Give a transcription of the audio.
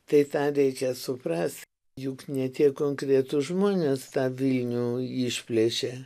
tai tą reikia suprast juk ne tie konkretūs žmonės tą vilnių išplėšė